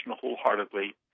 wholeheartedly